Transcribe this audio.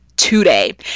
today